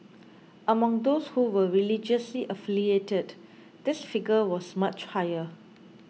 among those who were religiously affiliated this figure was much higher